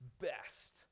best